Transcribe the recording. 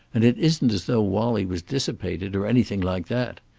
and it isn't as though wallie was dissipated, or anything like that.